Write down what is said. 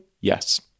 Yes